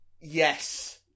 Yes